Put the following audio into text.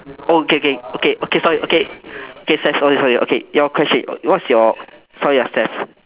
oh K K okay okay sorry okay okay saif sorry sorry okay your question what's your sorry ah saif